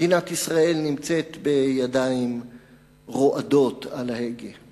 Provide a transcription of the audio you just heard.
מדינת ישראל נמצאת בידיים רועדות על ההגה.